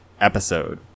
episode